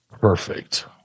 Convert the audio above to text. perfect